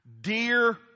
dear